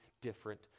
different